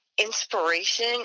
inspiration